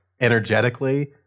energetically